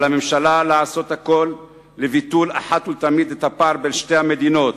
על הממשלה לעשות הכול לביטול אחת ולתמיד של הפער בין שתי המדינות,